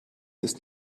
ist